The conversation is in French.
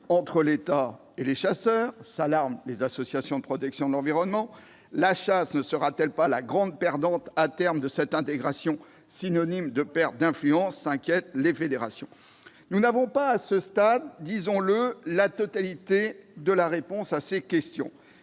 entre l'État et les chasseurs ?», s'alarment les associations de protection de la nature. « La chasse ne sera-t-elle pas la perdante à terme de cette intégration, synonyme de perte d'influence ?», s'inquiètent les fédérations. Nous n'avons pas à ce stade, disons-le, la totalité de la réponse à ces questions.